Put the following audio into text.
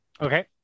Okay